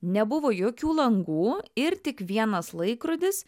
nebuvo jokių langų ir tik vienas laikrodis